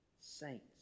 saints